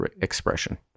expression